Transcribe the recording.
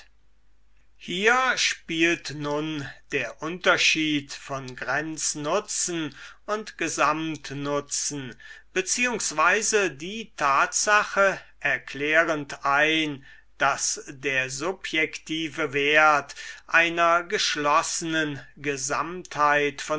hier spielt nun der unterschied von grenznutzen und gesamtnutzen beziehungsweise die tatsache erklärend ein daß der subjektive wert einer geschlossenen gesamtheit